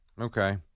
Okay